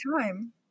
time